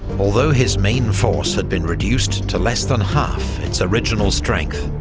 although his main force had been reduced to less than half its original strength,